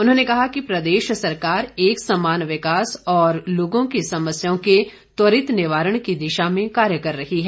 उन्होंने कहा कि प्रदेश सरकार एक समान विकास और लोगों की समस्याओं के त्वरित निवारण की दिशा में कार्य कर रही है